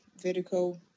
vertical